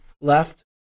left